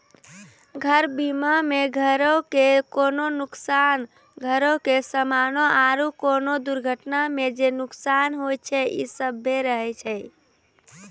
घर बीमा मे घरो के कोनो नुकसान, घरो के समानो आरु कोनो दुर्घटना मे जे नुकसान होय छै इ सभ्भे रहै छै